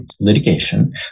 litigation